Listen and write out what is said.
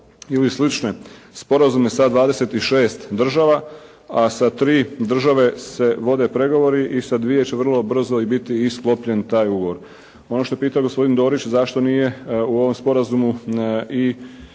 ili slične sporazume sa 26 država, a sa 3 države se vode pregovori i sa 2 će vrlo brzo biti i sklopljen taj ugovor. Ono što je pitao gospodin Dorić, zašto nije u ovom sporazumu i